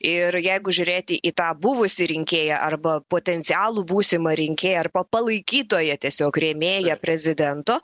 ir jeigu žiūrėti į tą buvusį rinkėją arba potencialų būsimą rinkėją arba palaikytoją tiesiog rėmėją prezidento